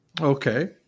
Okay